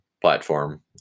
platform